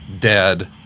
dead